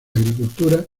agricultura